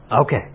Okay